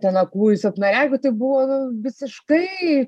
ten aklųjų silpnaregių tai buvo nu visiškai